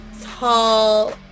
tall